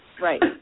right